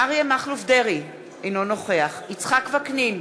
אריה מכלוף דרעי, אינו נוכח יצחק וקנין,